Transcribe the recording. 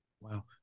Wow